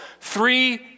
three